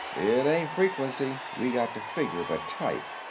it ain't frequency we got to figure, but type.